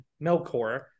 Melkor